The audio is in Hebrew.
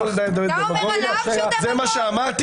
זה מה שאמרתי?